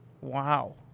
Wow